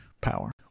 power